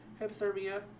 hypothermia